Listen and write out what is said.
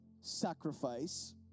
sacrifice